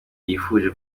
yifuje